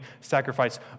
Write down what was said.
sacrifice